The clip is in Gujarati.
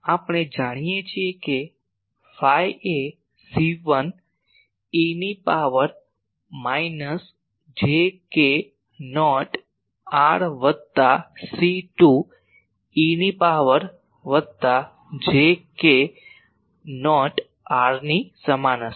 આપણે જાણીએ છીએ કે ફાઈ એ C1 e ની power minus j k naught r વત્તા C2 e ની પાવર વત્તા j k નોટ r ની સમાન હશે